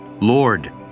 Lord